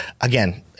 again